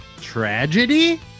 Tragedy